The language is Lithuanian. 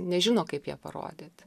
nežino kaip ją parodyt